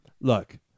Look